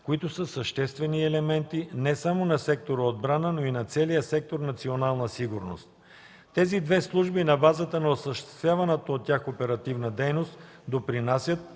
които са съществени елементи не само на сектор „Отбрана”, но и на целия сектор „Национална сигурност”. Тези две служби на базата на осъществяваната от тях оперативна дейност допринасят